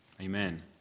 Amen